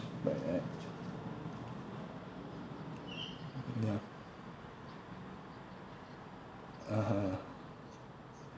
by that ya (uh huh)